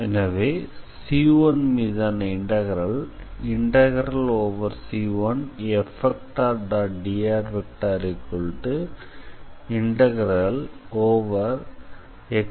எனவே C1மீதான integral c1F